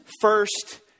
first